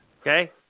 Okay